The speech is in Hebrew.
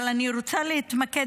אבל אני רוצה להתמקד